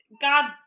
God